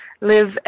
live